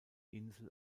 insel